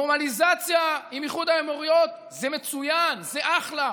נורמליזציה עם איחוד האמירויות זה מצוין, זה אחלה,